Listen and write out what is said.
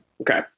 Okay